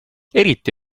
eriti